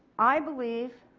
i believe